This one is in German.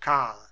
karl